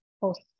post